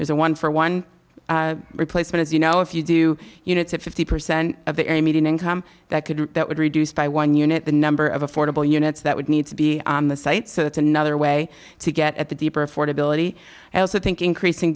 a one for one replacement as you know if you do you know it's at fifty percent of the area median income that could that would reduce by one unit the number of affordable units that would need to be on the site so that's another way to get at the deeper affordability i also think increasing